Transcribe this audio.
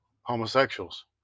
homosexuals